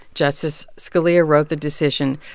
justice scalia wrote the decision.